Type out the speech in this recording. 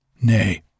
Nay